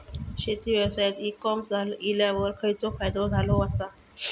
शेती व्यवसायात e commerce इल्यावर खयचो फायदो झालो आसा?